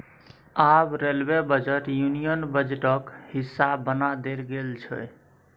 आब railway budget union बजटक हिस्सा बना देल गेल छै